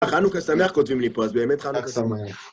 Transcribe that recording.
חנוכה שמח כותבים לי פה, אז באמת חנוכה שמח.